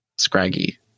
Scraggy